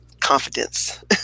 confidence